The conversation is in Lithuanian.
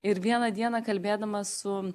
ir vieną dieną kalbėdamas su